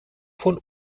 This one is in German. von